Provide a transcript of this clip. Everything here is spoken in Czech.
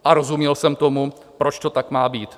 A rozuměl jsem tomu, proč to tak má být.